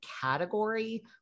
category